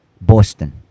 Boston